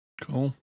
Cool